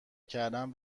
کردن